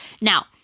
Now